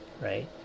right